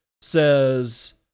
says